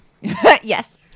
Yes